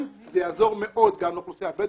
זה יעזור מאוד גם לאוכלוסייה הבדואית.